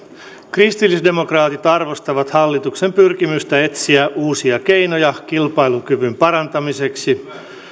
kristillisdemokraatit arvostavat hallituksen pyrkimystä etsiä uusia keinoja kilpailukyvyn parantamiseksi